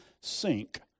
sink